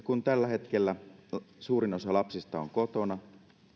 kun tällä hetkellä suurin osa lapsista on kotona